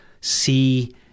see